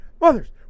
mothers